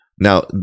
Now